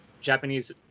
Japanese